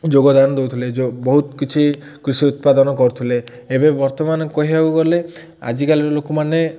ଯୋଗଦାନ ଦଉଥିଲେ ଯେଉଁ ବହୁତ କିଛି କୃଷି ଉତ୍ପାଦନ କରୁଥିଲେ ଏବେ ବର୍ତ୍ତମାନ କହିବାକୁ ଗଲେ ଆଜିକାଲିର ଲୋକମାନେ